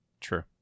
True